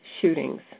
shootings